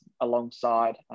alongside